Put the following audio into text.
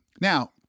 Now